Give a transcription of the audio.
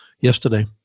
yesterday